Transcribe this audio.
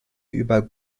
über